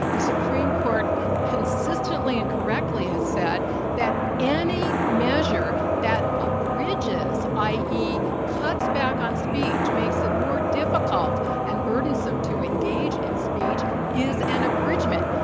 the supreme court consistently and correctly has said that any measure that abridges, i. e, cuts back on speech, makes it more difficult and burdensome to engage in speech is an abridgment.